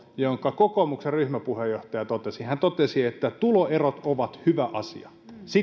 jonka kokoomuksen ryhmäpuheenjohtaja totesi hän totesi että tuloerot ovat hyvä asia